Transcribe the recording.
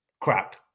crap